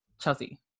chelsea